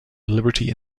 liberty